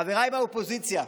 חבריי באופוזיציה,